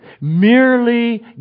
Merely